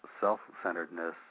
self-centeredness